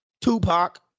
Tupac